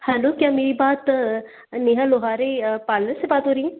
hello क्या मेरी बात नेहा लोहारे पार्लर से बात हो रही है